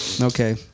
okay